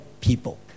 people